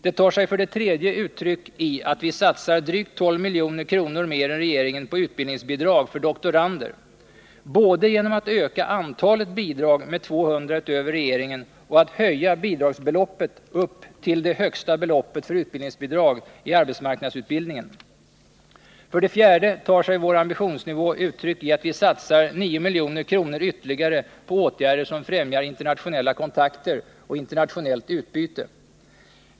Det tar sig för det tredje uttryck i att vi satsar drygt 12 milj.kr. mer än regeringen på utbildningsbidrag för doktorander, både genom att öka antalet bidrag med 200 utöver regeringens förslag och genom att höja bidragsbeloppet upp till det högsta beloppet för utbildningsbidrag i arbetsmarknadsutbildningen. För det fjärde tar sig vår högre ambitionsnivå uttryck i att vi satsar 9 milj.kr. ytterligare på åtgärder som främjar internationella kontakter och internationellt utbyte.